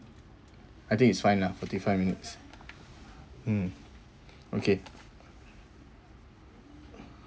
I think it's fine lah forty five minutes mm okay